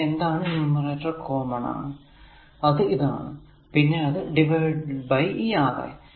ഇവിടെ എന്താണ് numerator common ആണ് അത് a a r a R a R a a പിന്നെ അത് ഡിവൈഡഡ് ബൈ ഈ Ra